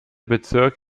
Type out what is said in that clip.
bezirk